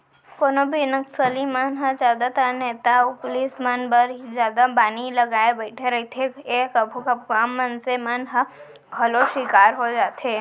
कोनो भी नक्सली मन ह जादातर नेता अउ पुलिस मन बर ही जादा बानी लगाय बइठे रहिथे ए कभू कभू आम मनसे मन ह घलौ सिकार होई जाथे